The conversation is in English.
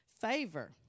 Favor